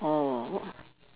oh w~